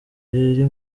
iri